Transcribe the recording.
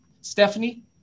Stephanie